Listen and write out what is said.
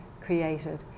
created